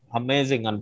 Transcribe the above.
amazing